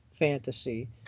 fantasy